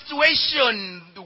situation